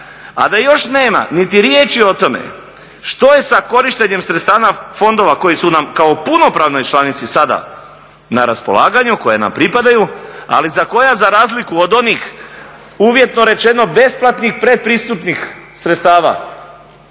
A da još nema niti riječi o tome što je sa korištenjem sredstava fondova koji su nam kao punopravnoj članici sada na raspolaganju, koja nam pripadaju, ali za koja za razliku od onih uvjetno rečeno besplatnih pretpristupnih sredstava